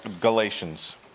Galatians